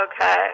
okay